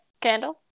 Candle